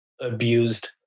abused